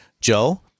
Joe